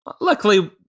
luckily